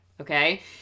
Okay